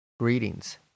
Greetings